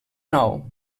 nou